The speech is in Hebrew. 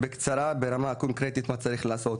בקצרה ברמה קונקרטית מה צריך לעשות: